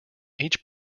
every